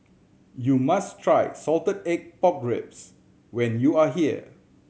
you must try salted egg pork ribs when you are here